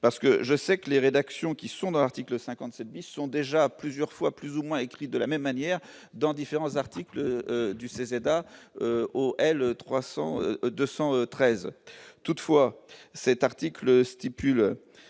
parce que je sais que les rédactions qui sont dans l'article 57 bis ont déjà plusieurs fois plus ou moins écrit de la même manière dans différents articles du ces aides à eau elle 300 213 toutefois, cet article stipule